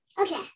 Okay